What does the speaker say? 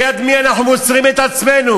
ביד מי אנחנו מוסרים את עצמנו?